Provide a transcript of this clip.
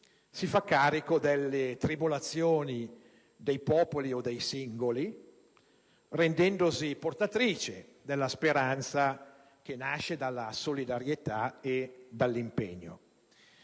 si fa carico delle tribolazioni dei popoli o dei singoli rendendosi portatrice della speranza che nasce dalla solidarietà e dall'impegno.